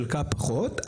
חלקה פחות,